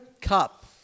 Cup